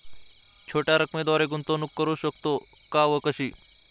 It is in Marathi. छोट्या रकमेद्वारे गुंतवणूक करू शकतो का व कशी?